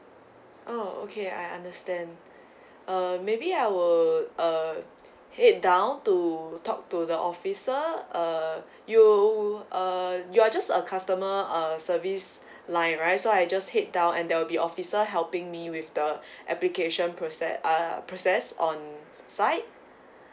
oh okay I understand err maybe I will uh head down to talk to the officer uh you uh you are just a customer uh service line right so I just head down and there will be officer helping me with the application process err process on site